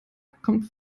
kommt